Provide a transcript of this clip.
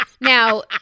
now